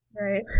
right